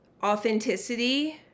authenticity